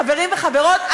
חברים וחברות,